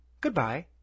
Goodbye